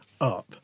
up